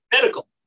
Medical